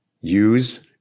use